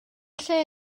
lle